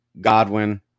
Godwin